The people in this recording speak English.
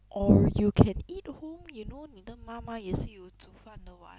or you can eat home you know 你的妈妈也是有煮饭的 [what]